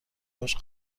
هاش